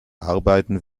arbeiten